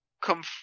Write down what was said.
come